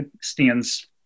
stands